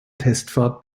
testfahrt